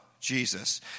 Jesus